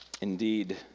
Indeed